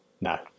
no